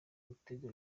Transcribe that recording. gutega